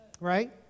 Right